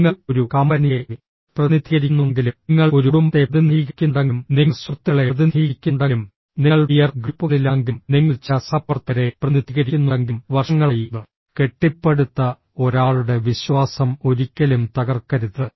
നിങ്ങൾ ഒരു കമ്പനിയെ പ്രതിനിധീകരിക്കുന്നുണ്ടെങ്കിലും നിങ്ങൾ ഒരു കുടുംബത്തെ പ്രതിനിധീകരിക്കുന്നുണ്ടെങ്കിലും നിങ്ങൾ സുഹൃത്തുക്കളെ പ്രതിനിധീകരിക്കുന്നുണ്ടെങ്കിലും നിങ്ങൾ പിയർ ഗ്രൂപ്പുകളിലാണെങ്കിലും നിങ്ങൾ ചില സഹപ്രവർത്തകരെ പ്രതിനിധീകരിക്കുന്നുണ്ടെങ്കിലും വർഷങ്ങളായി കെട്ടിപ്പടുത്ത ഒരാളുടെ വിശ്വാസം ഒരിക്കലും തകർക്കരുത്